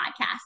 podcast